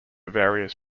various